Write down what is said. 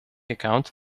account